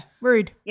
rude